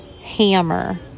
hammer